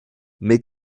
mais